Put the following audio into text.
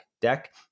deck